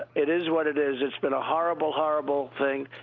it is what it is. it's been a horrible, horrible thing.